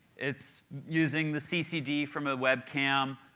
it's using the ccd from a webcam,